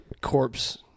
corpse